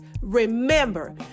Remember